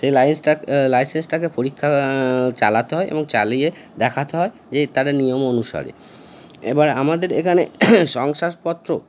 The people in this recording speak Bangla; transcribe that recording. সেই লাইসেন্সটা লাইসেন্সটাকে পরীক্ষা চালাতে হয় এবং চালিয়ে দেখাতে হয় যে তাদের নিয়ম অনুসারে এবার আমাদের এখানে শংসাপত্র